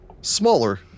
smaller